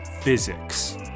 physics